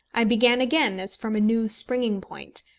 i began again as from a new springing point,